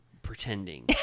Pretending